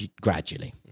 gradually